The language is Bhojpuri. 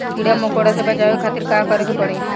कीड़ा मकोड़ा से बचावे खातिर का करे के पड़ी?